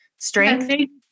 strength